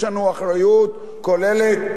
יש לנו אחריות כוללת.